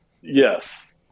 yes